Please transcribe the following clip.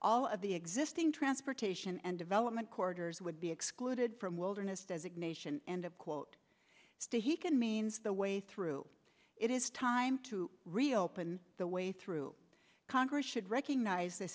of the existing transportation and development corridors would be excluded from wilderness designation end of quote stay he can means the way through it is time to reopen the way through congress should recognize th